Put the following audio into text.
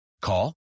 Call